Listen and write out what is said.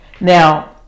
Now